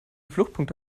fluchtpunkte